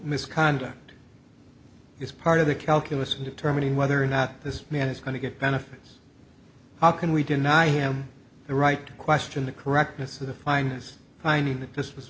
misconduct is part of the calculus in determining whether or not this man is going to get benefits how can we deny him the right to question the correctness of the finest finding that this w